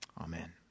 amen